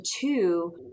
two